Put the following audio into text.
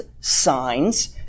signs